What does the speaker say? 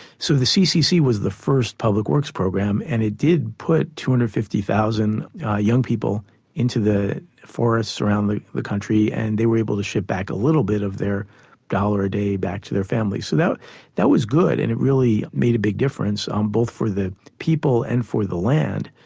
so the ccc was the first public works program, and it did put two hundred fifty thousand young people into the forest around the the country and they were able to ship back a little bit of their dollar a day back to their families. so that was good, and it really made a big difference um both for the people and for the land.